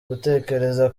gutekereza